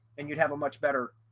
and you'd have a much better,